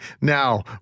now